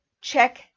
check